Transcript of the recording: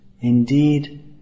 Indeed